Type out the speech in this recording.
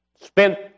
spent